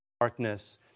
darkness